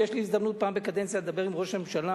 יש לי הזדמנות פעם בקדנציה לדבר עם ראש הממשלה.